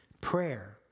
prayer